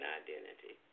identity